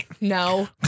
no